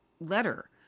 letter